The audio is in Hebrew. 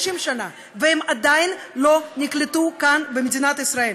שנה ועדיין לא נקלטו כאן במדינת ישראל.